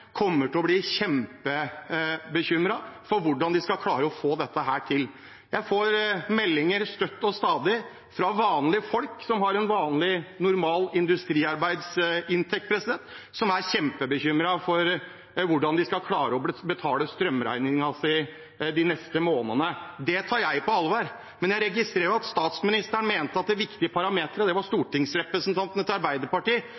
kommer til å bli kjempebekymret for hvordan de skal klare å få dette til. Jeg får meldinger støtt og stadig fra vanlige folk som har en vanlig, normal industriarbeiderinntekt, som er kjempebekymret for hvordan de skal klare å betale strømregningen sin de neste månedene. Det tar jeg på alvor, men jeg registrerer at statsministeren, ifølge VG, mente at den viktige parameteren for å få vite hvordan det sto til og hvordan folk opplevde dette, var